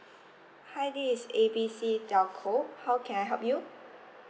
hi this A B C telco how can I help you